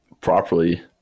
properly